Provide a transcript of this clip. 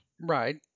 Right